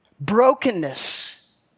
Brokenness